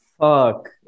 Fuck